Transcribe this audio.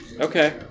Okay